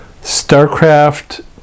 Starcraft